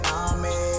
army